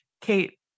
Kate